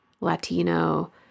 Latino